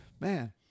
man